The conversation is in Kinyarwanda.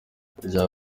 rya